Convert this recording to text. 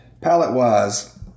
Palette-wise